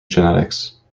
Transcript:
genetics